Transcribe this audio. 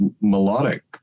melodic